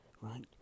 Right